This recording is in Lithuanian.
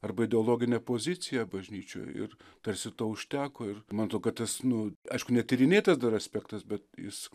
arba ideologinę poziciją bažnyčioj ir tarsi to užteko ir man atrodo kad tas nu aišku netyrinėtas dar aspektas bet jis